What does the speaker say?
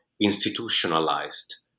institutionalized